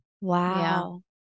Wow